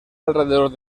alrededor